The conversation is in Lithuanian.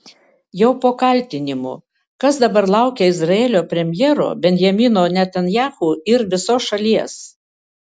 jau po kaltinimų kas dabar laukia izraelio premjero benjamino netanyahu ir visos šalies